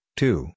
two